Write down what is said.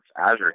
Azure